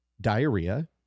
diarrhea